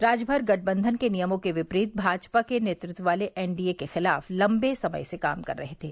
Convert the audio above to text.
राजभर गठबंधन के नियमों के विपरीत भाजपा के नेतत्व वाले एनडीए के खिलाफ लम्बे समय से काम कर रहे थे